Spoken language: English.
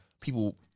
people –